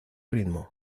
ritmo